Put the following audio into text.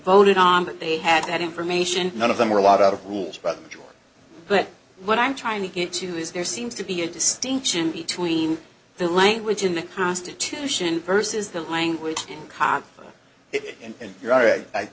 voted on that they had that information none of them were a lot of rules but but what i'm trying to get to is there seems to be a distinction between the language in the constitution versus the language